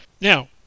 Now